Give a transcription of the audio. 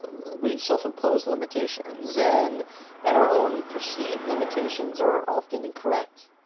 we self-imposed limitations and and our own perceived limitations are often incorrect.